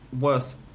worth